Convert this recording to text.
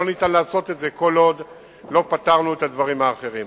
אי-אפשר לעשות את זה כל עוד לא פתרנו את הדברים האחרים.